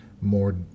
more